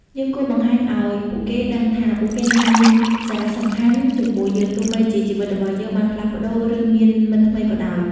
យើងគួរបង្ហាញឱ្យពួកគេដឹងថាពួកគេនៅតែមានសារៈសំខាន់ចំពោះយើង ទោះបីជាជីវិតរបស់យើងបានផ្លាស់ប្តូរ ឬមានមិត្តថ្មីក៏ដោយ។